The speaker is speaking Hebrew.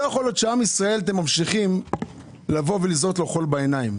לא יכול להיות שאתם ממשיכים לזרות חול בעיני עם ישראל.